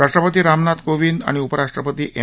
राष्ट्रपती रामनाथ कोविंद आणि उपराष्ट्रपती एम